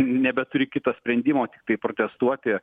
nebeturi kito sprendimo tiktai protestuoti